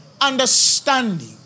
understanding